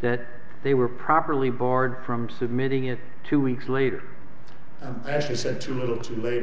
that they were properly barred from submitting it two weeks later actually said too little too late